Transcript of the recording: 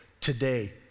today